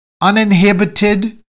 uninhibited